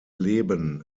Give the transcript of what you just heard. leben